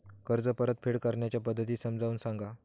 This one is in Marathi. कर्ज परतफेड करण्याच्या पद्धती समजून सांगा